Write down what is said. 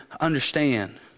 understand